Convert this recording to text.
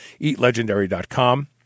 eatlegendary.com